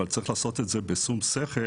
אבל צריך לעשות את זה בשום שכל,